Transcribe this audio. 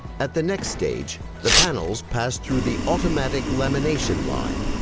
at the next stage, the panels pass through the automatic lamination line.